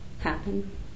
happen